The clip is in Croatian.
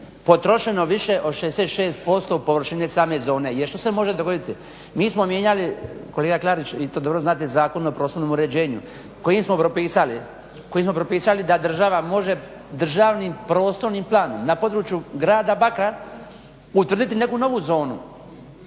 potrošeno više od 66% površine same zone. Jer što se može dogoditi? Mi smo mijenjali, kolega Klarić i to dobro znate Zakon o prostornom uređenju kojim smo propisali da država može državni prostorni plan na području grada Bakra utvrditi neku novu zonu,